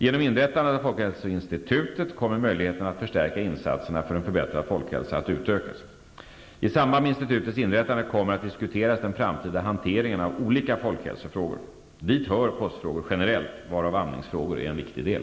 Genom inrättandet av folkhälsoinstitutet kommer möjligheterna att förstärka insatserna för en förbättrad folkhälsa att utökas. I samband med institutets inrättande kommer man att diskutera den framtida hanteringen av olika folkhälsofrågor. Dit hör kostfrågor generellt, varav amningsfrågor är en viktig del.